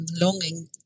longing